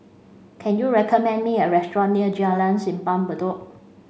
can you recommend me a restaurant near Jalan Simpang Bedok